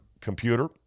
computer